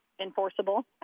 enforceable